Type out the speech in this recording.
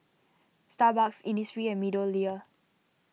Starbucks Innisfree and MeadowLea